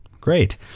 great